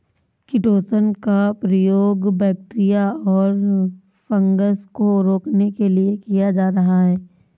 chitosan का प्रयोग bacteria और फँगस को रोकने के लिए किया जा रहा है